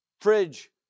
fridge